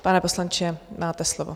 Pane poslanče, máte slovo.